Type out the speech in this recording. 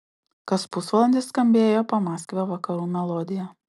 kas pusvalandis skambėjo pamaskvio vakarų melodija